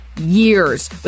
years